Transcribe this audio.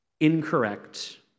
incorrect